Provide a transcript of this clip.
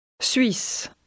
Suisse